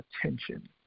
attention